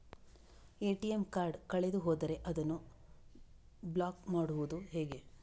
ATM card ಕಳೆದು ಹೋದರೆ ಅದನ್ನು ಬ್ಲಾಕ್ ಮಾಡುವುದು ಹೇಗೆ?